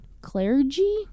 clergy